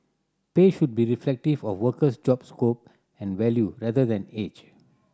pay should be reflective of a worker's job scope and value rather than age